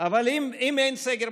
אבל אם אין סגר,